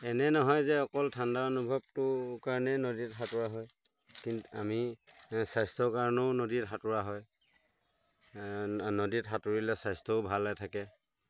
এনে নহয় যে অকল ঠাণ্ডা অনুভৱটোৰ কাৰণেই নদীত সাঁতোৰা হয় আমি স্বাস্থ্যৰ কাৰণেও নদীত সাঁতোৰা হয় নদীত সাঁতুৰিলে স্বাস্থ্যও ভালে থাকে